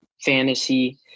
fantasy